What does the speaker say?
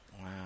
Wow